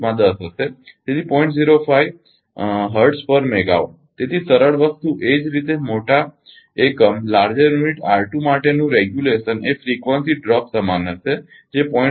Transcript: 05 hertz per megawatt તેથી સરળ વસ્તુ એ જ રીતે મોટા એકમ R2 માટેનું રેગ્યુલેશન એ ફ્રિકવન્સી ડ્રોપ સમાન રહેશે જે 0